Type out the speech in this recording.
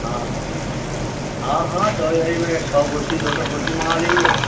ہاں ہاں ہاں چوڑی گلی میں سو کُرسی دو سو کُرسی منگا لیں گے